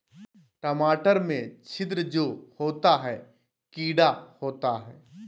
टमाटर में छिद्र जो होता है किडा होता है?